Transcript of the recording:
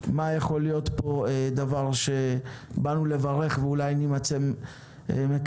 מה יכול להיות כאן דבר שבאנו לברך ואולי נימצא מקללים.